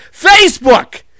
Facebook